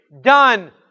done